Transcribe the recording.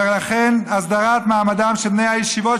ולכן הסדרת מעמדם של בני הישיבות,